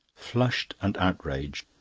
flushed and outraged,